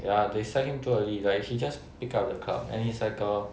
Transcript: ya they sell him too early he like he just pick up the curb and he's like a